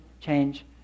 change